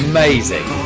Amazing